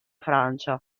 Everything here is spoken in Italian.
francia